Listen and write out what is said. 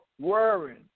worrying